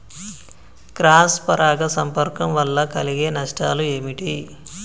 Cross పరాగ సంపర్కం వల్ల కలిగే నష్టాలు ఏమిటి?